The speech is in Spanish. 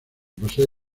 posee